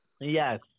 yes